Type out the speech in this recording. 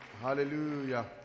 hallelujah